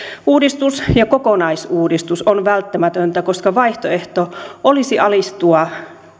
uudistus ja kokonaisuudistus on välttämätöntä koska vaihtoehto olisi alistua